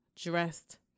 dressed